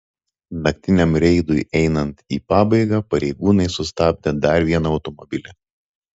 naktiniam reidui einant į pabaigą pareigūnai sustabdė dar vieną automobilį